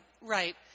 right